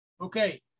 Okay